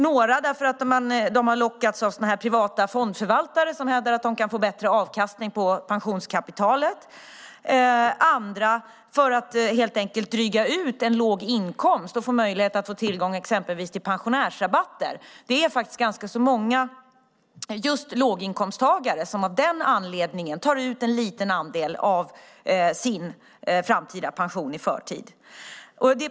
Några gjorde det för att de lockats av privata fondförvaltare som hävdat att de kan få bättre avkastning på pensionskapitalet, andra för att helt enkelt dryga ut en låg inkomst och få tillgång exempelvis till pensionärsrabatter. Det är ganska många låginkomsttagare som av just den anledningen tar ut en liten andel av sin framtida pension i förtid.